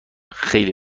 خیلی